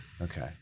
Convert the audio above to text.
Okay